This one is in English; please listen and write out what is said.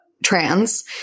Trans